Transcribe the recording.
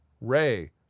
Ray